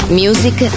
music